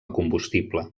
combustible